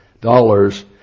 dollars